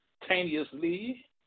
instantaneously